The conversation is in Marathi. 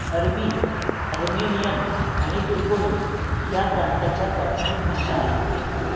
अरबी अर्मेनियन आणि तुर्कोमन या प्रांताच्या प्राथमिक भाषा आहेत